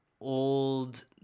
old